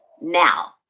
now